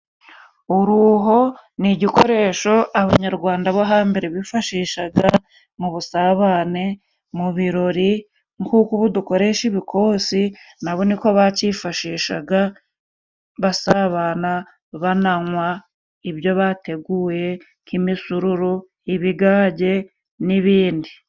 Uruho ni igikoresho abanyarwanda bo hambere, bifashishaga mu busabane mu birori. Nkuko ubu dukoresha ibikosi nabo niko bakifashishaga, basabana banaywa, ibyo bateguye nk'imisururu ibigage n'ibindi.